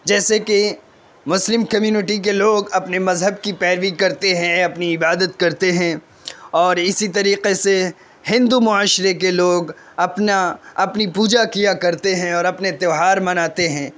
جیسے کہ مسلم کمیونٹی کے لوگ اپنے مذہب کی پیروی کرتے ہیں اپنی عبادت کرتے ہیں اور اسی طریقے سے ہندو معاشرے کے لوگ اپنا اپنی پوجا کیا کرتے ہیں اور اپنے تیوہار منانتے ہیں